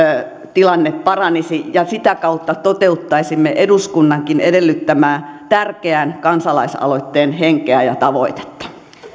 tilanne paranisi ja sitä kautta toteuttaisimme eduskunnankin edellyttämää tärkeän kansalaisaloitteen henkeä ja tavoitetta